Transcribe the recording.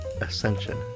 Ascension